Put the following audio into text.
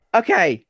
okay